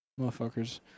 motherfuckers